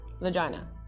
vagina